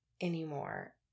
anymore